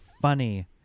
funny